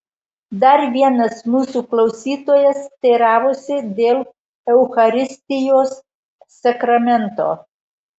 dar vienas mūsų klausytojas teiravosi dėl eucharistijos sakramento